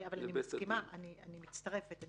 אני מסכימה, אני מצטרפת.